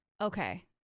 Okay